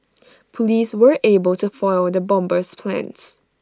Police were able to foil the bomber's plans